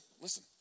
listen